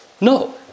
No